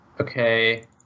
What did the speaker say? Okay